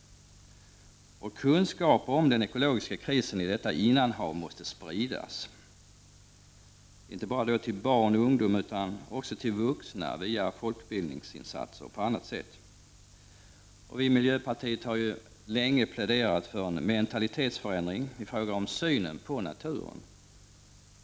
1989/90:36 Kunskaper om den ekologiska krisen i detta innanhav måste spridas inte 30 november 1990 bara till barn och ungdom utan också till vuxna via folkbildningsinsatseroch på annat sätt. Vi i miljöpartiet har länge pläderat för en mentalitetsförändring i fråga om synen på naturen.